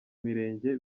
mirenge